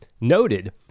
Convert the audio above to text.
noted